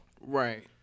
Right